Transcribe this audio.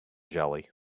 jelly